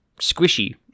squishy